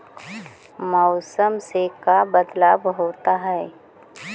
मौसम से का बदलाव होता है?